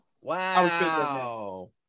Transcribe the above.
Wow